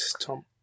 Tom